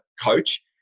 coach